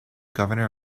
governor